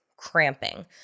cramping